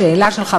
לשאלה שלך,